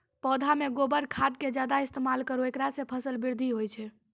पौधा मे गोबर खाद के ज्यादा इस्तेमाल करौ ऐकरा से फसल बृद्धि होय छै?